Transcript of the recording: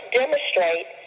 demonstrate